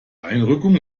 einrückung